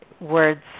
words